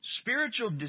spiritual